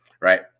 right